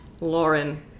Lauren